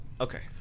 Okay